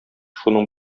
шуның